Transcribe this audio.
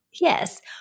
yes